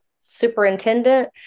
superintendent